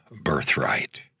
birthright